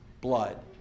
blood